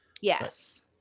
Yes